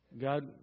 God